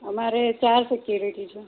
અમારે ચાર સિક્યુરિટી છે